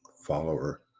follower